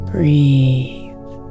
Breathe